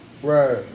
Right